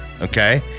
Okay